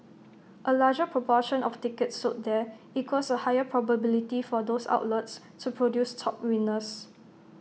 A larger proportion of tickets sold there equals A higher probability for those outlets to produce top winners